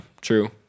true